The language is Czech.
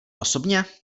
osobně